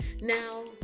Now